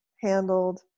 handled